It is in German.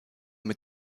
mit